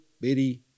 bitty